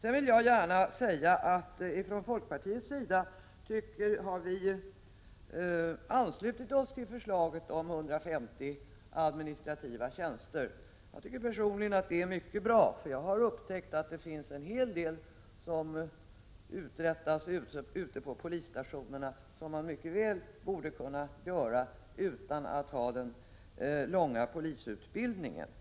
Jag vill gärna säga att vi från folkpartiets sida har anslutit oss till förslaget om 150 administrativa tjänster. Jag tycker personligen att det är mycket bra, för jag har upptäckt att det finns en hel del som uträttas ute på polisstationerna som man mycket väl borde kunna göra utan att ha den långa polisutbildningen.